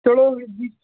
ਚਲੋ ਵੀਰ ਜੀ